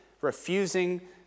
refusing